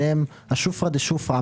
שהם השופרא דה שופרא,